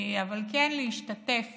אבל כן להשתתף